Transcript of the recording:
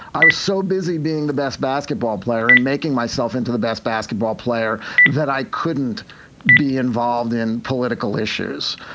i was so busy being the best basketball player in making myself into the best basketball player that i couldn't be involved in political issues.